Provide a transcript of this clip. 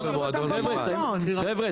חבר'ה,